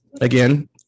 again